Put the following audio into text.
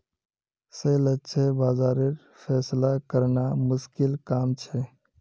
सही लक्ष्य बाज़ारेर फैसला करना मुश्किल काम छे